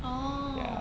orh